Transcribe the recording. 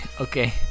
Okay